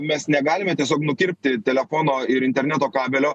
mes negalime tiesiog nukirpti telefono ir interneto kabelio